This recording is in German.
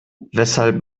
weshalb